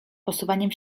posuwaniem